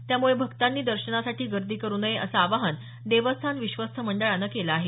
त्यामुळे भक्तांनी दर्शनासाठी गर्दी करू नये असं आवाहन देवस्थान विश्वस्त मंडळानं केलं आहे